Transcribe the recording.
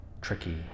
tricky